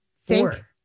Four